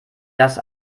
das